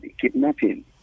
kidnapping